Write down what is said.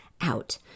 out